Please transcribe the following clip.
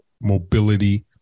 mobility